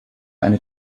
eine